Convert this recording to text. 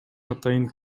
атайын